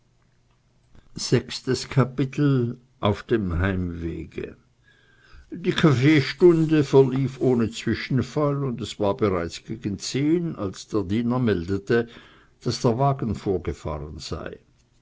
zu nehmen auf dem heimwege die kaffeestunde verlief ohne zwischenfall und es war bereits gegen zehn als der diener meldete daß der wagen vorgefahren sei